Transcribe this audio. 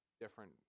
different